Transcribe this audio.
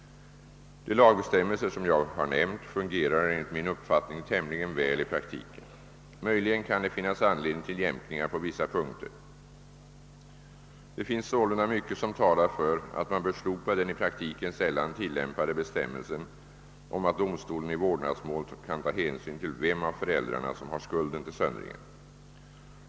De lagbestämmelser som jag har nämnt fungerar enligt min uppfattning tämligen väl i praktiken. Möjligen kan det finnas anledning till jämkningar på vissa punkter. Det finns sålunda mycket som talar för att man bör slopa den i praktiken sällan tillämpade bestämmelsen om att domstolarna i vårdnadsmål kan ta hänsyn till vem av föräldrarna som har skulden till söndringen.